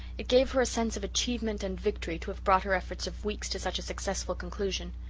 it gave her a sense of achievement and victory to have brought her efforts of weeks to such a successful conclusion.